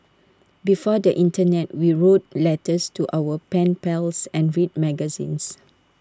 before the Internet we wrote letters to our pen pals and read magazines